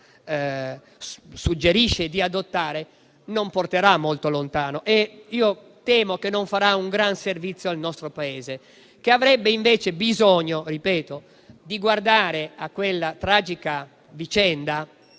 suggerisce di adottare non porterà molto lontano e io temo che non farà un gran servizio al nostro Paese, che avrebbe invece bisogno - lo ripeto - di guardare a quella tragica vicenda